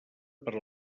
per